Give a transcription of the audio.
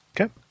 Okay